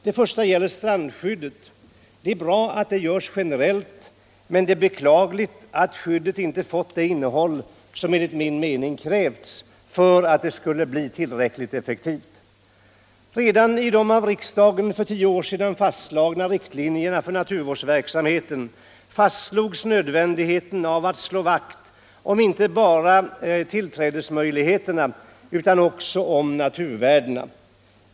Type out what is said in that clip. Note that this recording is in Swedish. Den första punkten gäller strandskyddet. Det är bra att strandskyddet görs generellt, men det är beklagligt att skyddet inte fått det innehåll som enligt min mening hade krävts för att det skulle bli tillräckligt effektivt. Redan i de av riksdagen för tio år sedan antagna riktlinjerna för naturvården fastslogs nödvändigheten av att slå vakt om inte bara tillträdesmöjligheterna utan också naturvärdena.